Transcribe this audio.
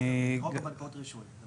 אני --- זה בחוק הבנקאות רישוי.